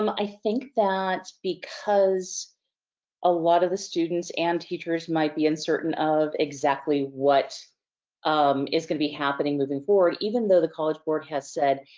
um i think that because a lot of the students and teachers might be uncertain of exactly what um is gonna be happening moving forward, even though the college board has said,